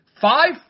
Five